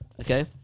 Okay